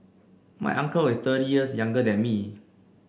my uncle is thirty years younger than me